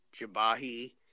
Jabahi